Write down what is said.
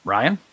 Ryan